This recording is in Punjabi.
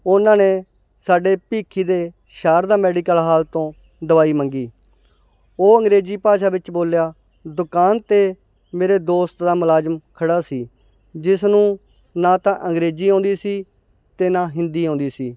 ਉਹਨਾਂ ਨੇ ਸਾਡੇ ਭੀਖੀ ਦੇ ਸ਼ਾਰਦਾ ਮੈਡੀਕਲ ਹਾਲ ਤੋਂ ਦਵਾਈ ਮੰਗੀ ਉਹ ਅੰਗਰੇਜ਼ੀ ਭਾਸ਼ਾ ਵਿੱਚ ਬੋਲਿਆ ਦੁਕਾਨ 'ਤੇ ਮੇਰੇ ਦੋਸਤ ਦਾ ਮੁਲਾਜ਼ਮ ਖੜ੍ਹਾ ਸੀ ਜਿਸ ਨੂੰ ਨਾ ਤਾਂ ਅੰਗਰੇਜ਼ੀ ਆਉਂਦੀ ਸੀ ਅਤੇ ਨਾ ਹਿੰਦੀ ਆਉਂਦੀ ਸੀ